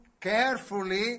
carefully